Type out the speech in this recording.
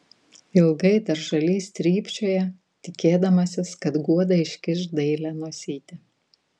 ilgai dar žalys trypčioja tikėdamasis kad guoda iškiš dailią nosytę